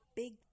big